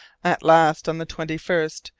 at last, on the twenty first,